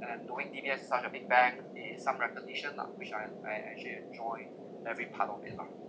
and then doing D_B_S in such a big bang is some recognition lah which I have I actually enjoy every part of it lah